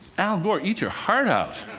al gore, eat your heart out.